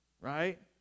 right